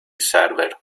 server